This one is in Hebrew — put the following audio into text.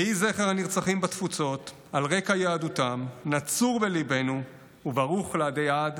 יהי זכר הנרצחים בתפוצות על רקע יהדותם נצור בליבנו וברוך לעדי עד.